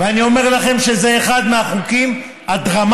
ואני אומר לכם שזה אחד מהחוקים הדרמטיים.